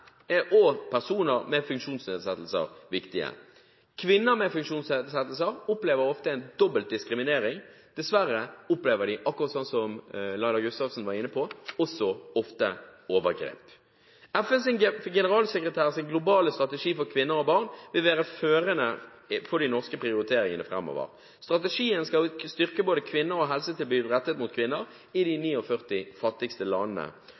også personer med funksjonsnedsettelser viktige. Kvinner med funksjonsnedsettelser opplever ofte en dobbel diskriminering. Dessverre opplever de – akkurat som Laila Gustavsen var inne på – også ofte overgrep. FNs generalsekretærs globale strategi for kvinner og barn vil være førende for de norske prioriteringene framover. Strategien skal styrke både kvinner og helsetilbud rettet mot kvinner i de 49 fattigste landene.